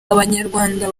abanyarwanda